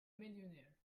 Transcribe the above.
millionaire